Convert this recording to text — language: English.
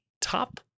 top